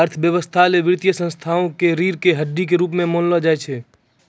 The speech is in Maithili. अर्थव्यवस्था ल वित्तीय संस्थाओं क रीढ़ र हड्डी के रूप म मानलो जाय छै